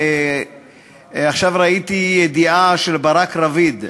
עכשיו ראיתי ידיעה של ברק רביד,